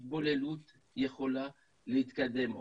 ההתבוללות יכולה להתקדם עוד.